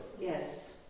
Yes